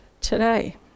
today